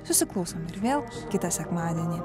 susiklausom ir vėl kitą sekmadienį